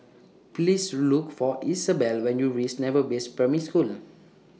Please Look For Isabel when YOU REACH Naval Base Primary School